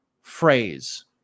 phrase